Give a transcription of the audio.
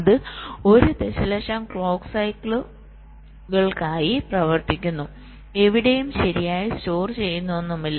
അത് 1 ദശലക്ഷം ക്ലോക്ക് സൈക്കിളുകൾക്കായി പ്രവർത്തിക്കുന്നു എവിടെയും ശരിയായി സ്റ്റോർ ചെയ്യുന്നൊന്നുമില്ല